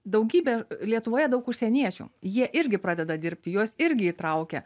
daugybė lietuvoje daug užsieniečių jie irgi pradeda dirbti juos irgi įtraukia